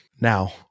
now